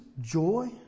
joy